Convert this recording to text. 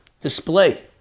display